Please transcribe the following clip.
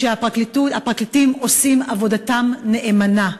שהפרקליטים עושים עבודתם נאמנה.